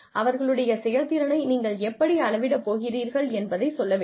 அவர்களுடைய செயல்திறனை நீங்கள் எப்படி அளவிடப் போகிறீர்கள் என்பதைச் சொல்ல வேண்டும்